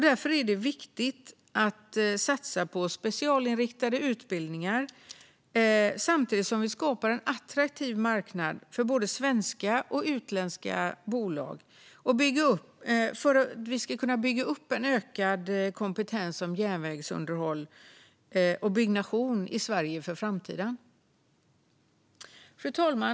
Därför är det viktigt att satsa på specialinriktade utbildningar samtidigt som vi skapar en attraktiv marknad för både svenska och utländska bolag för att kunna bygga upp en ökad kompetens i järnvägsunderhåll och byggnation i Sverige inför framtiden. Fru talman!